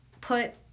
put